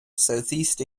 southeast